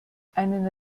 einen